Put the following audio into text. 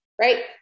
right